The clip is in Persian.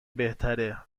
بهتره